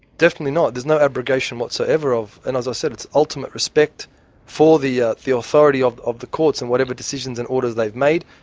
definitely not. there's no abrogation whatsoever, and as i said, it's ultimate respect for the ah the authority of of the courts in whatever decisions and orders they've made,